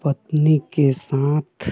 पत्नी के साथ